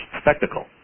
spectacle